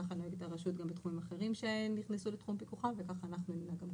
כך נוהגת הרשות גם בתחומים אחרים שנכנסים לתחום פיקוחה וכך ננהג.